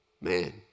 Man